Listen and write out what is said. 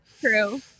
true